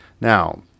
now